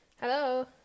Hello